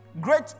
Great